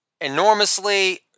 Enormously